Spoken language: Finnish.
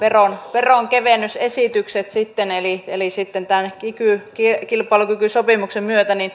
veronkevennysesitykset sitten eli eli tämän kilpailukykysopimuksen myötä